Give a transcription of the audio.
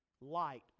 light